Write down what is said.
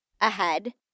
ahead